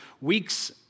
weeks